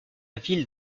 ville